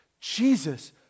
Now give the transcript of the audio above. Jesus